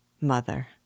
mother